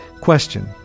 Question